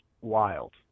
wild